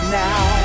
now